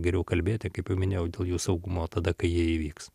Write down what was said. geriau kalbėti kaip jau minėjau dėl jų saugumo tada kai jie įvyks